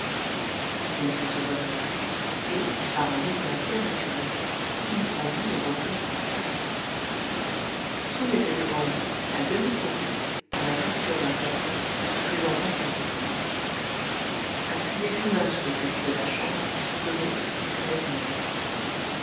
kinfo se redressa et par un mouvement bien naturel il brandit le rotin correcteur soun était devant lui à demi courbé dans la posture d'un patient présentant ses épaules appuyé d'une main sur le tapis de la chambre de l'autre il tenait une lettre